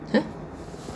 uh